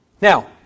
Now